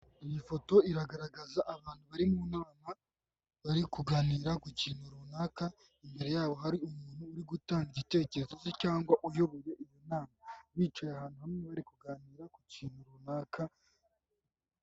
Iyi foto iragaragaza abantu bari mu nama, bari kuganira ku kintu runaka, imbere yabo hari umuntu uri gutanga igitekerezo ke cyangwa uyoboye iyi inama, bicaye ahantu hamwe bari kuganira ku kintu runaka.